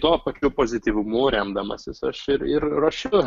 tuo pačiu pozityvumu remdamasis aš ir ir ruošiu